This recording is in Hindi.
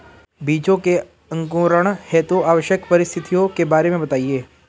बीजों के अंकुरण हेतु आवश्यक परिस्थितियों के बारे में बताइए